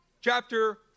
Chapter